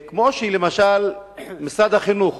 כמו שלמשל משרד החינוך